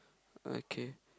okay